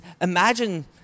imagine